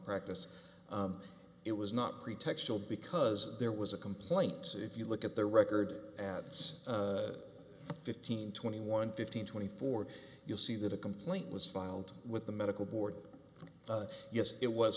practice it was not pretextual because there was a complaint so if you look at the record ads fifteen twenty one fifteen twenty four you'll see that a complaint was filed with the medical board but yes it was